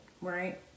right